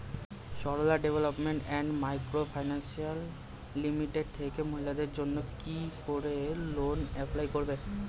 Sarala development and micro finance limited থেকে মহিলাদের জন্য কি করে লোন এপ্লাই করব?